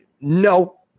no